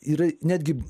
ir netgi